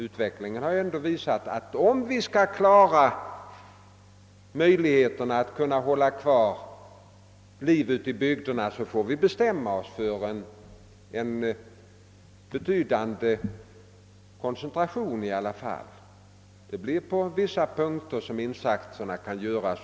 Utvecklingen har ju visat, att om vi skall kunna hålla kvar livet ute i bygderna, så får vi bestämma oss för att vidta en betydande koncentration inom länen. Det blir på vissa punkter som insatserna kan göras.